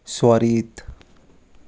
Swarit